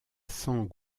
san